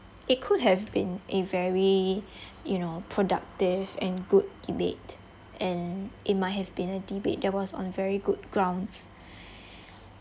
it could have been a very you know productive and good debate and it might have been a debate that was on very good grounds